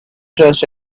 trust